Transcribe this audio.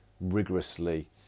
rigorously